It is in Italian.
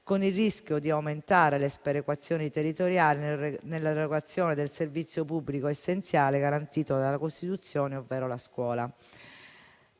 con il rischio di aumentare le sperequazioni territoriali nell'erogazione del servizio pubblico essenziale garantito dalla Costituzione, ovvero la scuola;